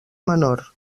menor